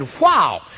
wow